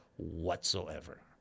whatsoever